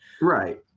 Right